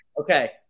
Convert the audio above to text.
Okay